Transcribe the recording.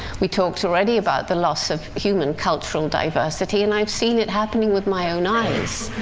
we talked already about the loss of human cultural diversity, and i've seen it happening with my own eyes.